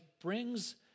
brings